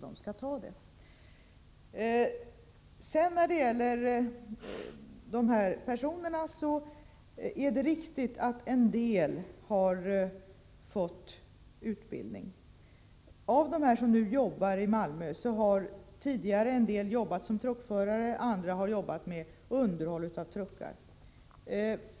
Det är riktigt att en del av de här personerna har fått utbildning. Av dem som nu jobbar i Malmö har en del tidigare jobbat som truckförare, andra med underhåll av truckar.